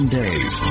days